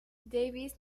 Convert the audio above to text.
davis